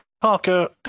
Parker